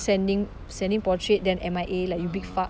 sending sending portrait then M_I_A like you big fuck